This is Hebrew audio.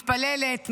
אני מתפללת,